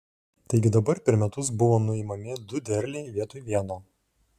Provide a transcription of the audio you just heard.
taigi dabar per metus buvo nuimami du derliai vietoj vieno